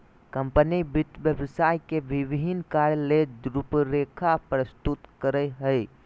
company वित्त व्यवसाय के विभिन्न कार्य ले रूपरेखा प्रस्तुत करय हइ